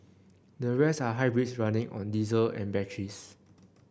the rest are hybrids running on diesel and batteries